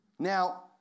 Now